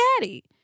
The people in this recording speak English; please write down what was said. daddy